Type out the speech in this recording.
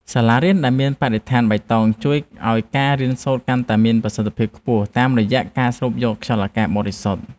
សាលារៀនដែលមានបរិស្ថានបៃតងជួយឱ្យការរៀនសូត្រកាន់តែមានប្រសិទ្ធភាពខ្ពស់តាមរយៈការស្រូបយកខ្យល់អាកាសបរិសុទ្ធ។